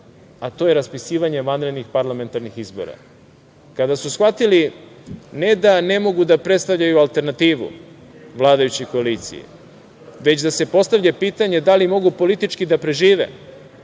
a to je raspisivanje vanrednih parlamentarnih izbora. Kada su shvatili ne da ne mogu da predstavljaju alternativnu vladajućoj koaliciji, već da se postavlja pitanje da li mogu politički da prežive,